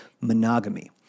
monogamy